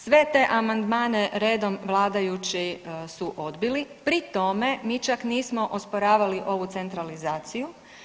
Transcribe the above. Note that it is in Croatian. Sve te amandmane redom vladajući su odbili Pri tome, mi čak nismo osporavali ovu centralizaciju.